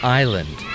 island